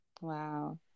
Wow